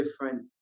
different